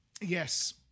Yes